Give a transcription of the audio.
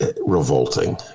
Revolting